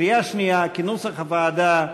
כנוסח הוועדה,